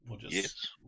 Yes